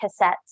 cassettes